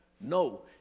No